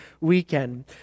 weekend